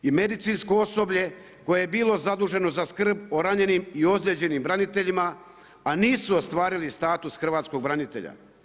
I medicinsko osoblje koje je bilo zaduženo za skrb o ranjenim i ozlijeđenim braniteljima, a nisu ostvarili status hrvatskog branitelja.